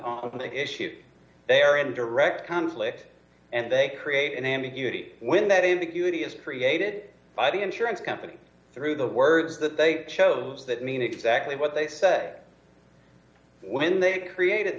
on the issue they are in direct conflict and they create an ambiguity when that ambiguity is created by the insurance company through the words that they chose that mean exactly what they say when they created